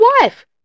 wife